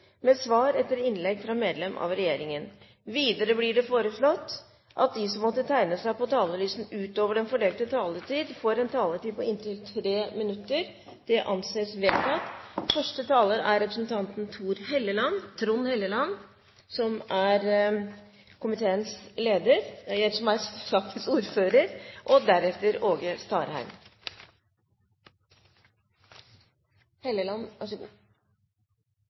med svar etter innlegg fra medlem av regjeringen innenfor den fordelte taletid. Videre blir det foreslått at de som måtte tegne seg på talerlisten utover den fordelte taletid, får en taletid på inntil 3 minutter. – Det anses vedtatt. Finansmarknadsmeldinga er en melding om utviklingen i – og